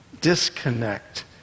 disconnect